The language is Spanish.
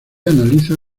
analiza